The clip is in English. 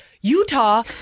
Utah